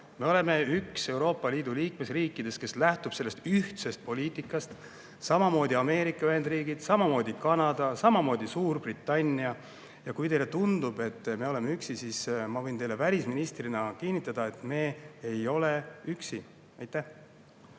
Me oleme üks Euroopa Liidu liikmesriikidest, kes lähtub sellest ühtsest poliitikast. Samamoodi Ameerika Ühendriigid, samamoodi Kanada, samamoodi Suurbritannia. Ja kui teile tundub, et me oleme üksi, siis ma võin teile välisministrina kinnitada, et me ei ole üksi.